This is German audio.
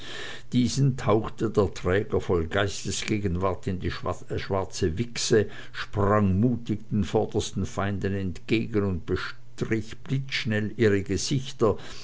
diesen tauchte der träger voll geistesgegenwart in die schwarze wichse sprang mutig den vordersten feinden entgegen und bestrich blitzschnell ihre gesichter